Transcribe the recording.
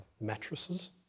mattresses